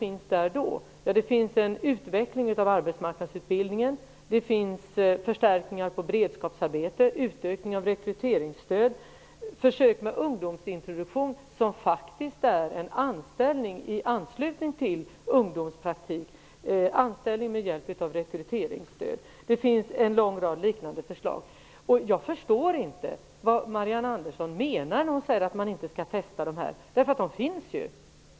I dem ingår en utveckling av arbetsmarknadsutbildningen, förstärkningar av beredskapsarbetena, utökning av rekryteringsstöd, försök med ungdomsintroduktion, som faktisk är en anställning i anslutning till ungdomspraktik, och anställning med hjälp av rekryteringsstöd. Det finns också en lång rad liknande förslag. Jag förstår inte vad Marianne Andersson menar när hon säger att man inte skall testa dessa förslag. De finns ju.